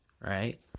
right